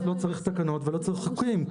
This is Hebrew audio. אז לא צריך תקנות ולא צריך חוקים,